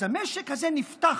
המשק הזה נפתח,